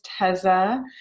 Teza